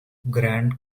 grand